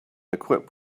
equipped